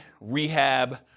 rehab